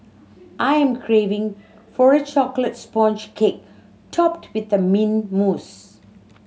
I am craving for a chocolate sponge cake topped with the mint mousse